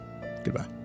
Goodbye